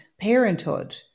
Parenthood